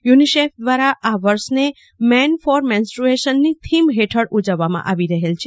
UNICEF દ્વારા આ વર્ષને મેન ફોર મેન્સ્ટુએશન ની થીમ હેઠળ ઉજવવામાં આવી રહેલ છે